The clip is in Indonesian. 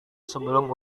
sebelum